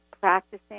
practicing